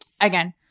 Again